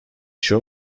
show